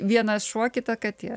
vienas šuo kita katė